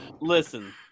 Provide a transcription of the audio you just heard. Listen